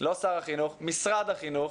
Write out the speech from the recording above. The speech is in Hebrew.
לא שר החינוך, משרד החינוך,